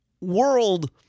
world